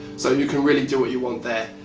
so you can really do what you want there.